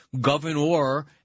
governor